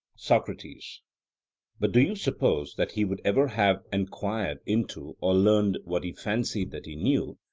socrates but do you suppose that he would ever have enquired into or learned what he fancied that he knew,